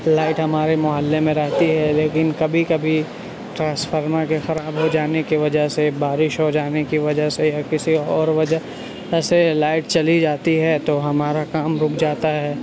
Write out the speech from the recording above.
تو لائٹ ہمارے محلے میں رہتی ہے لیکن کبھی کبھی ٹرانسفرما کے خراب ہو جانے کے وجہ سے بارش ہو جانے کی وجہ سے یا کسی اور وجہ ہوں سے لائٹ چلی جاتی ہے تو ہمارا کام رک جاتا ہے